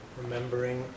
remembering